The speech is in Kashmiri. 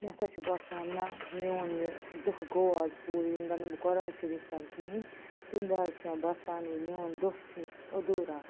مےٚ ہَسا چھِ باسان نَہ میون یہِ دۄہ گوٚو آز پوٗرٕ ییٚمہِ دۄہ نہٕ بہٕ قرآن شریٖف پرٕ کِہیٖنۍ تَمہِ دۄہ حظ چھِ مےٚ باسان یہِ میون دۄہ چھِنہٕ ادھوٗرا